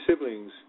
siblings